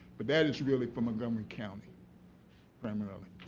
but that is really for montgomery county primarily.